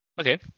okay